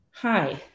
Hi